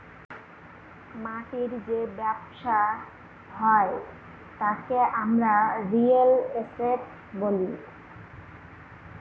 মাটির যে ব্যবসা হয় তাকে আমরা রিয়েল এস্টেট বলি